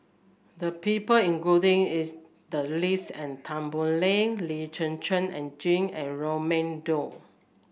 the people including is the list and Tan Boo Liat Lee Zhen Zhen and Jane and Raman Daud